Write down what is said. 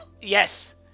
Yes